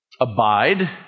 Abide